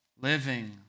living